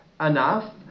enough